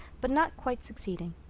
but not quite succeeding.